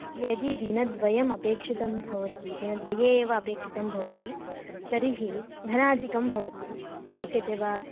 यदि दिनद्वयम् अपेक्षितं भवति दिनद्वये एव अपेक्षितं भवति तर्हि धनाधिकं भवति शक्यते वा